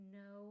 no